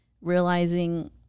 realizing